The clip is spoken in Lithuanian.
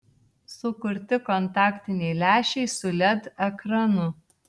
sukurti kontaktiniai lęšiai su led ekranu